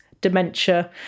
dementia